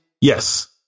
Yes